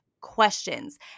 questions